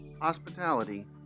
hospitality